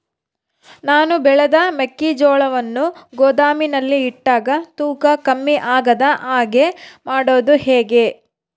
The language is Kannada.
ನಾನು ಬೆಳೆದ ಮೆಕ್ಕಿಜೋಳವನ್ನು ಗೋದಾಮಿನಲ್ಲಿ ಇಟ್ಟಾಗ ತೂಕ ಕಮ್ಮಿ ಆಗದ ಹಾಗೆ ಮಾಡೋದು ಹೇಗೆ?